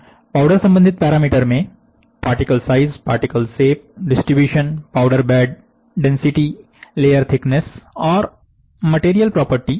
powder संबंधित parameter में particle size particle shape distribution powder bed density layer thickness और material property हैं